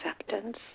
acceptance